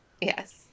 Yes